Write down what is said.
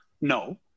No